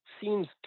seems